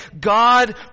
God